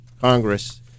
Congress